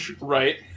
Right